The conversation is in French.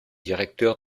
directeur